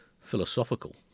philosophical